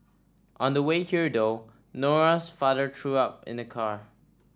on the way here though Nora's father threw up in the car